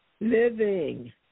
Living